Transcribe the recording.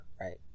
right